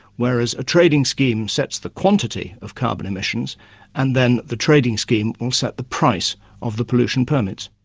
whereas a trading scheme sets the quantity of carbon emissions and then the trading scheme will set the price of the pollution permits.